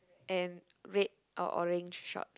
and red or orange shorts